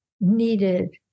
needed